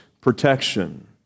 protection